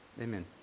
Amen